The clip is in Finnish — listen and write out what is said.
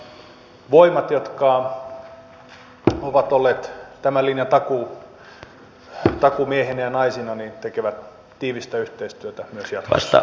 on tärkeää että ne voimat jotka ovat olleet tämän linjan takuumiehinä ja naisina tekevät tiivistä yhteistyötä myös jatkossa